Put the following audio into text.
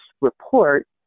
report